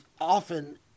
often